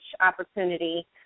opportunity